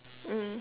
mm